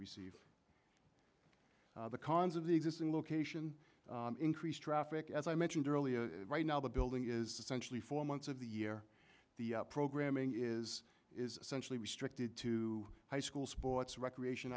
receive the cons of the existing location increased traffic as i mentioned earlier right now the building is essentially four months of the year the programming is is essentially restricted to high school sports recreation